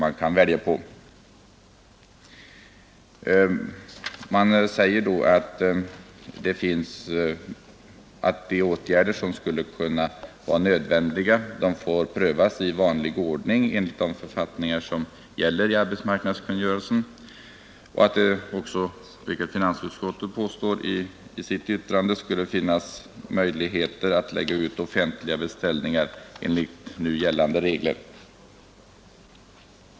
Man säger då att de åtgärder som skulle kunna vara nödvändiga får prövas i vanlig ordning enligt de regler som finns i arbetsmarknadskungörelsen. Finansutskottet påstår i sitt yttrande att det också skulle finnas möjligheter att lägga ut offentliga beställningar enligt nu gällande regler.